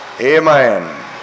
Amen